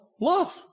Love